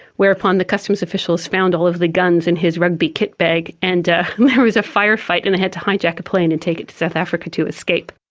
whereupon the customs officials found all of the guns in his rugby kitbag and there was a fire-fight and they had to hijack a plane and take it to south africa to escape.